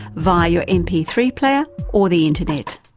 via your m p three player or the internet.